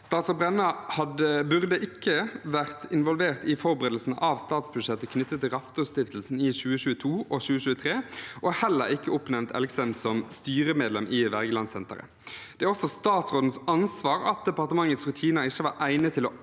Statsråd Brenna burde ikke vært involvert i forberedelsene av statsbudsjettet knyttet til Raftostiftelsen i 2022 og 2023, og heller ikke oppnevnt Elgesem som styremedlem i Wergelandsenteret. Det er også statsrådens ansvar at departementets rutiner ikke var egnet til å